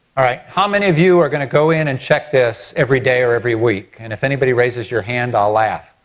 alright, how many of you are gonna go in and check this every day or every week? and if anybody raises your hand i'll laugh.